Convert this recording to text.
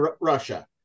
Russia